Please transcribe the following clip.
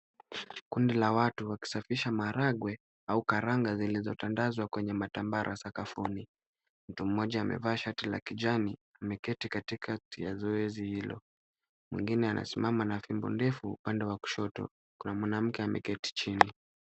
Kundi la watu wakisafisha maharagwe au karanda zilizotandazwa kwenye matambara sakafuni. Mtu mmoja amevaa shati la kijani ameketi katikakati ya zoezi hilo. Mwingine anasimama na fimbo ndefu upande wa kushoto. Kuna mwanamke ameketi chini.